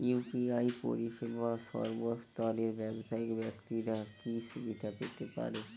UPI পরিসেবা সর্বস্তরের ব্যাবসায়িক ব্যাক্তিরা কি সুবিধা পেতে পারে?